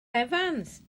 evans